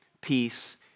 peace